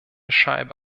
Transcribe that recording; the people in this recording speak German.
scheibe